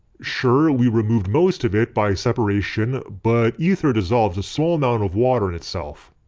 sure, we removed most of it by separation but ether dissolves a small amount of water in itself.